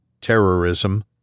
terrorism